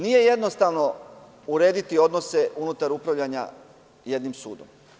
Nije jednostavno urediti odnose unutar upravljanja jednim sudom.